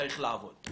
צריך לעבוד.